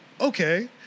Okay